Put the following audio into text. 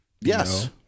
Yes